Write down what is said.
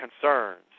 concerns